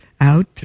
out